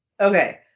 Okay